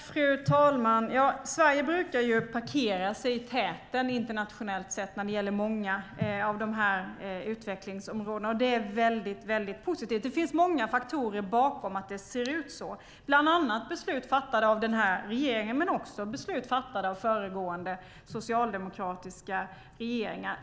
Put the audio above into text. Fru talman! Sverige brukar ju parkera sig i täten internationellt sett när det gäller många av de här utvecklingsområdena, och det är väldigt positivt. Det finns många faktorer bakom att det ser ut så, bland annat beslut fattade av den här regeringen, men också beslut fattade av föregående socialdemokratiska regeringar.